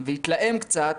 והתלהם קצת.